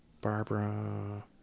Barbara